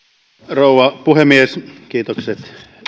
rouva puhemies kiitokset